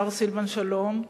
השר סילבן שלום,